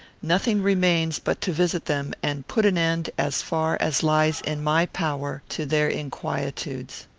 nothing remains but to visit them, and put an end, as far as lies in my power, to their inquietudes.